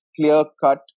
clear-cut